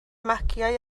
magiau